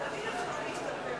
תמיד אפשר להשתפר,